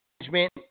management